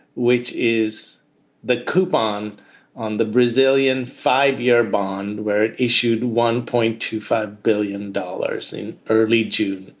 which is the coupon on the brazilian five year bond where it issued one point to five billion dollars in early june.